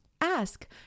Ask